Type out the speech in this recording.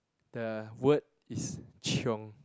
the word is chiong